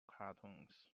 cartoons